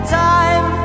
time